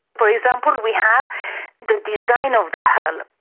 for example, we have the design of the hull.